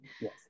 Yes